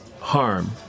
harm